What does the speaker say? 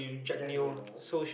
Jack-Neo